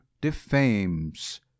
defames